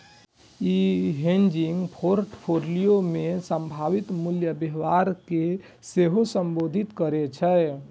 ई hedging portfolio मे संभावित मूल्य व्यवहार कें सेहो संबोधित करै छै